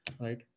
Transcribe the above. right